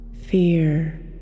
fear